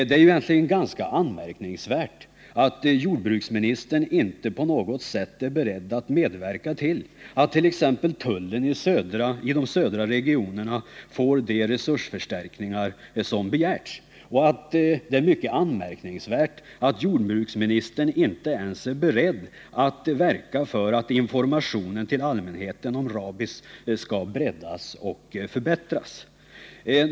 Det är egentligen ganska anmärkningsvärt att jordbruksministern inte på något sätt är beredd att medverka till att exempelvis tullen i de södra regionerna får de resursförstärkningar som har begärts — jordbruksministern är inte ens beredd att verka för att informationen till allmänheten om rabies breddas och förbättras.